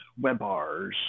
Webars